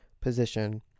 position